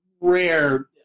rare